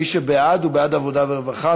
מי שבעד הוא בעד עבודה ורווחה,